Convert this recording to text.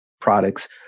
products